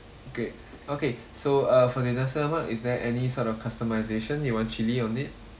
great okay so uh for the nasi lemak is there any sort of customization you want chili on it